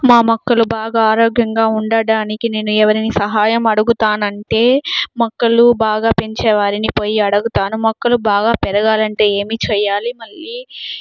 మా మొక్కలు బాగా ఆరోగ్యంగా ఉండడానికి నేను ఎవరిని సహాయం అడుగుతానంటే మొక్కలు బాగా పెంచే వారిని పోయి అడుగుతాను మొక్కలు బాగా పెరగాలంటే ఏమి చెయ్యాలి మళ్ళీ